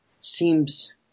seems